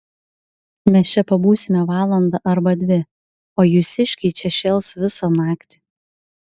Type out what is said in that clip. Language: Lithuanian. mes čia pabūsime valandą arba dvi o jūsiškiai čia šėls visą naktį